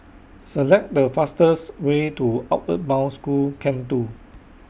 Select The fastest Way to Outward Bound School Camp two